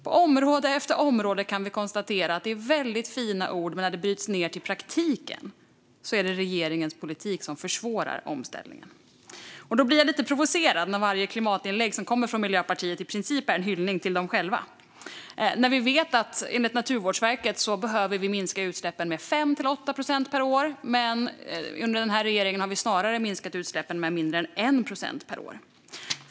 På område efter område kan vi konstatera att det är väldigt fina ord men att det är regeringens politik som försvårar omställningen när det bryts ned till praktiken. Jag blir provocerad när varje klimatinlägg som kommer från Miljöpartiet i princip är en hyllning till dem själva. Enligt Naturvårdsverket behöver vi minska utsläppen med 5-8 procent per år, men under den här regeringen har vi snarare minskat utsläppen med mindre än 1 procent per år.